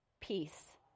peace